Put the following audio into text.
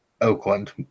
Oakland